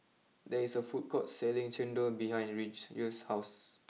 there is a food court selling Chendol behind Ridge house